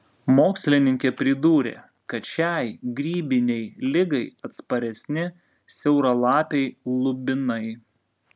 mokslininkė pridūrė kad šiai grybinei ligai atsparesni siauralapiai lubinai